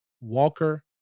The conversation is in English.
Walker